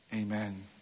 Amen